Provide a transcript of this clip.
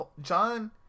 john